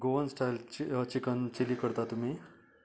Goan style chicken chilli करता तुमी